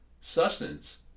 sustenance